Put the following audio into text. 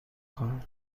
خواهم